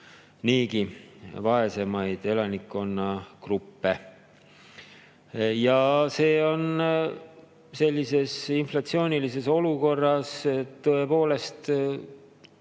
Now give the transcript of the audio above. niigi vaesemaid elanikkonnagruppe. Ja see on sellise inflatsiooni olukorras tõepoolest